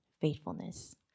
faithfulness